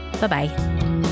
bye-bye